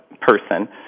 person